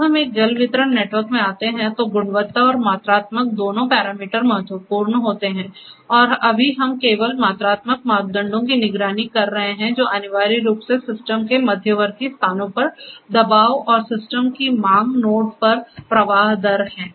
जब हम एक जल वितरण नेटवर्क में आते हैं तो गुणवत्ता और मात्रात्मक दोनों पैरामीटर महत्वपूर्ण होते हैं और अभी हम केवल मात्रात्मक मापदंडों की निगरानी कर रहे हैं जो अनिवार्य रूप से सिस्टम के मध्यवर्ती स्थानों पर दबाव और सिस्टम की मांग नोड्स पर प्रवाह दर हैं